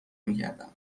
میکردم